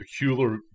Peculiar